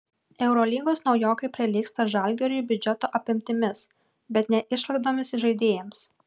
eurolygos naujokai prilygsta žalgiriui biudžeto apimtimis bet ne išlaidomis žaidėjams